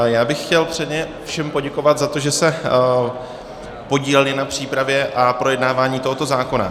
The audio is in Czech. Já bych chtěl předně všem poděkovat za to, že se podíleli na přípravě a projednávání tohoto zákona.